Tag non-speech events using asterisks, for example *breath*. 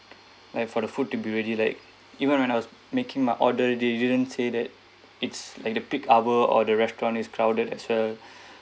like for the food to be ready like even when I was making my order they didn't say that it's like the peak hour or the restaurant is crowded as well *breath*